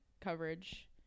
coverage